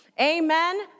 amen